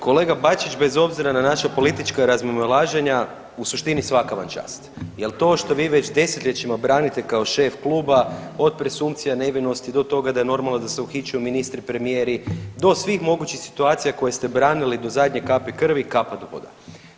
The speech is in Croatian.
Kolega Bačić, bez obzira na naša politička razmimoilaženja, u suštini, svaka vam čast jer to što vi već desetljećima branite kao šef kluba od presumpcija nevinosti do toga da je normalno da se uhićuju ministri, premijeri, do svih mogućih situacija koje ste branili do zadnje kapi krvi, kapa do poda.